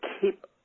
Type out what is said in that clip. keep